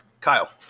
Kyle